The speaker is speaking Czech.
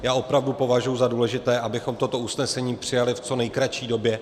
Já opravdu považuji za důležité, abychom toto usnesení přijali v co nejkratší době.